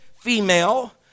female